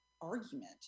argument